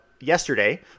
yesterday